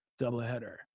doubleheader